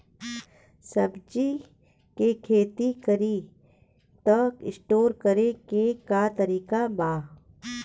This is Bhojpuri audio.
सब्जी के खेती करी त स्टोर करे के का तरीका बा?